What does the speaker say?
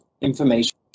information